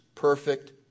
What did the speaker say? perfect